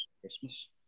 Christmas